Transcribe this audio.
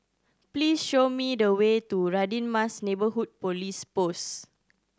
please show me the way to Radin Mas Neighbourhood Police Post